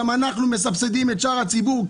גם אנחנו מסבסדים את שאר הציבור.